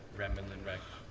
ramblin' wreck,